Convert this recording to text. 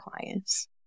clients